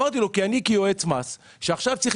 אמרתי לו כי אני כיועץ מס שעכשיו צריך